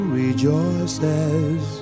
rejoices